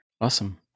Awesome